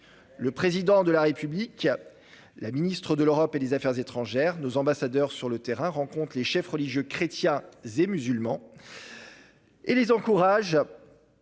Le Président de la République, la ministre de l'Europe et des affaires étrangères et nos ambassadeurs sur le terrain rencontrent les chefs religieux chrétiens et musulmans et les encouragent